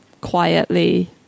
quietly